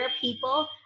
people